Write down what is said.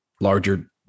larger